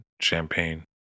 Champagne